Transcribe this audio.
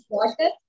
water